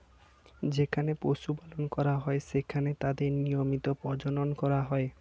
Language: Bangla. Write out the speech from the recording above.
যেখানে পশু পালন করা হয়, সেখানে তাদের নিয়মিত প্রজনন করা হয়